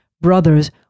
brothers